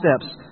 steps